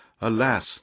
Alas